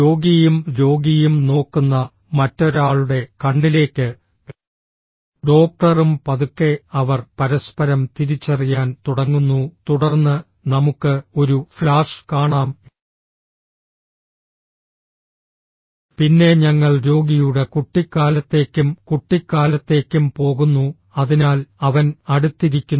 രോഗിയും രോഗിയും നോക്കുന്ന മറ്റൊരാളുടെ കണ്ണിലേക്ക് ഡോക്ടറും പതുക്കെ അവർ പരസ്പരം തിരിച്ചറിയാൻ തുടങ്ങുന്നു തുടർന്ന് നമുക്ക് ഒരു ഫ്ലാഷ് കാണാം പിന്നെ ഞങ്ങൾ രോഗിയുടെ കുട്ടിക്കാലത്തേക്കും കുട്ടിക്കാലത്തേക്കും പോകുന്നു അതിനാൽ അവൻ അടുത്തിരിക്കുന്നു